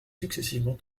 successivement